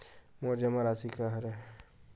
मोर जमा राशि का हरय?